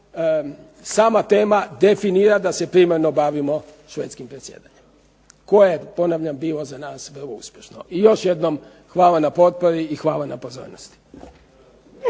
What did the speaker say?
sama tema definira da se primarno bavimo švedskim predsjedanjem koje je, ponavljam, bilo za nas vrlo uspješno. I još jednom hvala na potpori i hvala na pozornosti.